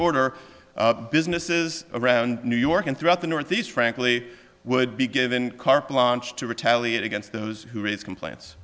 order businesses around new york and throughout the northeast frankly would be given carte blanche to retaliate against those who raise complaints